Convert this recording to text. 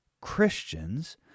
Christians